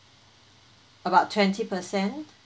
about twenty per cent